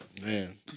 Man